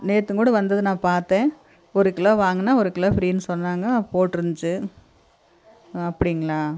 நேத்து கூட வந்தது நான் பார்த்தேன் ஒரு கிலோ வாங்கினா ஒரு கிலோ ஃப்ரீனு சொன்னாங்க போட்டுருந்துச்சு ஆ அப்படீங்களா